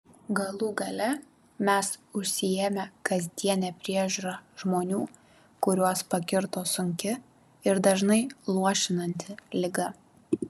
galų gale mes užsiėmę kasdiene priežiūra žmonių kuriuos pakirto sunki ir dažnai luošinanti liga